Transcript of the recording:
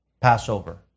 Passover